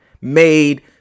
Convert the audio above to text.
made